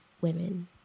women